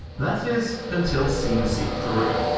that is, until c and c three.